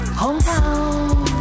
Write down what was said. hometown